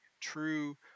true